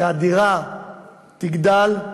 שהדירה תגדל,